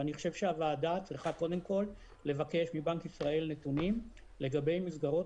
ואני חושב שהוועדה צריכה קודם כל לבקש מבנק ישראל נתונים לגבי מסגרות